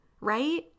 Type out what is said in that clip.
right